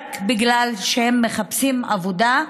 רק בגלל שהם מחפשים עבודה,